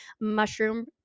mushroom